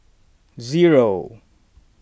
zero